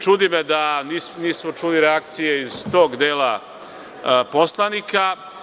Čudi me da nismo čuli reakcije iz tog dela poslanika.